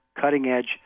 cutting-edge